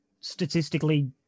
statistically